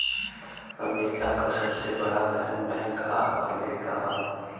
America क सबसे बड़ा बैंक बैंक ऑफ अमेरिका हौ